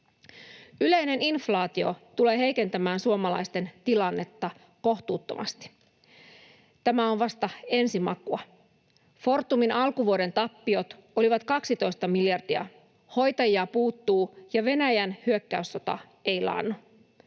Yleinen inflaatio tulee heikentämään suomalaisten tilannetta kohtuuttomasti — tämä on vasta ensimakua. Fortumin alkuvuoden tappiot olivat 12 miljardia, hoitajia puuttuu, ja Venäjän hyökkäyssota ei laannu.